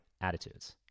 attitudes